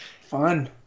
Fun